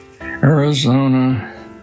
Arizona